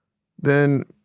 then,